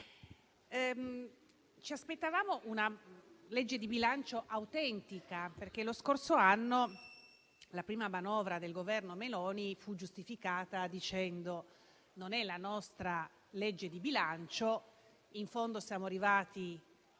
ci aspettavamo una legge di bilancio autentica, perché lo scorso anno la prima manovra del Governo Meloni fu giustificata dicendo: non è la nostra legge di bilancio, in fondo siamo arrivati da